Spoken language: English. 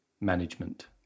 management